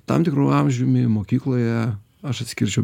tam tikru amžiumi mokykloje aš atskirčiau